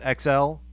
XL